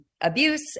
abuse